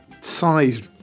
size